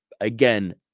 Again